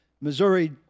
missouri